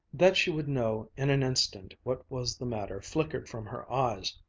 that she would know in an instant what was the matter flickered from her eyes,